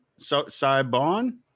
Saibon